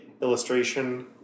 illustration